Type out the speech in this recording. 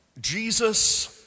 Jesus